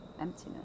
emptiness